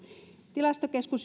tilastokeskus